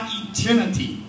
eternity